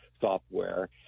software